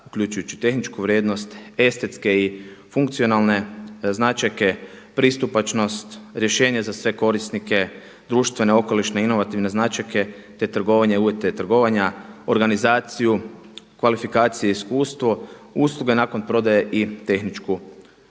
uključujući i tehničku vrijednost, estetske i funkcionalne značajke, pristupačnost, rješenje za sve korisnike, društvene, okolišne, inovativne značajke te trgovanje i uvjete trgovanja, organizaciju, kvalifikacije i iskustvo, usluge nakon prodaje i tehničku pomoć.